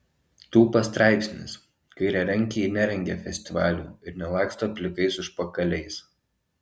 tūpas straipsnis kairiarankiai nerengia festivalių ir nelaksto plikais užpakaliais